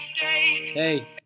Hey